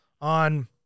on